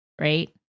Right